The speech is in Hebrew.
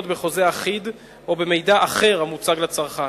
בחוזה אחיד או במידע אחר המוצג לצרכן.